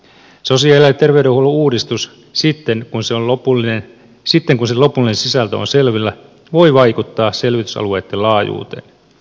sosiaali ja terveydenhuollon uudistus sitten kun sen lopullinen sisältö on selvillä voi vaikuttaa selvitysalueitten laajuuteen